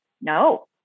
no